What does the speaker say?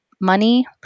money